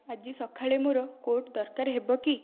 ଆଜି ସକାଳେ ମୋର କୋଟ୍ ଦରକାର ହେବ କି